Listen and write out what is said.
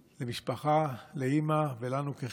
למשפחה, לאימא ולנו כחברה.